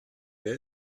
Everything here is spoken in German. der